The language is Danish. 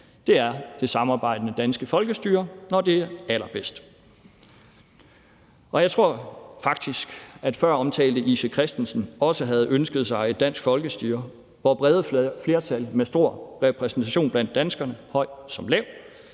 Det er det samarbejdende danske folkestyre, når det er allerbedst. Jeg tror faktisk også, at føromtalte I.C. Christensen ville have ønsket sig et dansk folkestyre, hvor brede flertal med stor repræsentation blandt danskerne, høj som lav,